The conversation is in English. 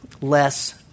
Less